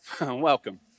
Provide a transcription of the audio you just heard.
welcome